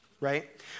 right